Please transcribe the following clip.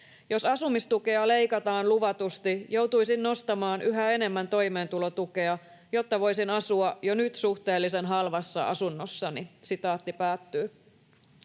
Jos asumistukea leikataan luvatusti, joutuisin nostamaan yhä enemmän toimeentulotukea, jotta voisin asua jo nyt suhteellisen halvassa asunnossani.” ”Vuokran hinta